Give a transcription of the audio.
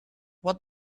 what